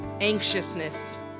anxiousness